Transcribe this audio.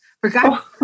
Forgot